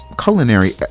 culinary